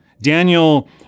Daniel